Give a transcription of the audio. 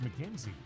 McKenzie